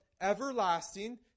everlasting